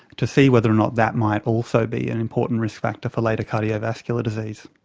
to see whether or not that might also be an important risk factor for later cardiovascular disease.